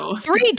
Three